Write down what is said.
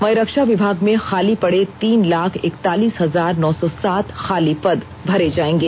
वहीं रक्षा विभाग में खाली पड़े तीन लाख एकतालीस हजार नौ सौ सात खाली पद भरे जाएंगे